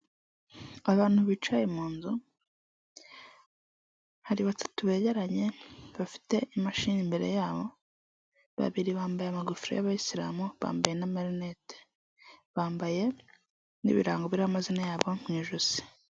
Abantu bicaye mu nzu, hari batatu begeranye bafite imashini imbere yabo, babiri bambaye amagufero y'abayisilamu bambaye n'amalinete, bambaye n'ibirango biriho amazina yabo mu ijosi.